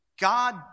God